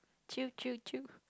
chill chill chill